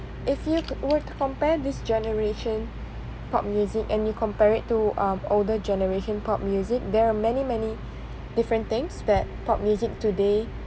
if you would compare this generation pop music and you compare it to um older generation pop music there are many many different things that pop music today